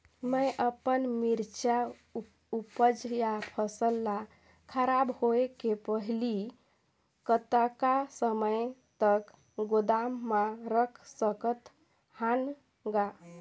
मैं अपन मिरचा ऊपज या फसल ला खराब होय के पहेली कतका समय तक गोदाम म रख सकथ हान ग?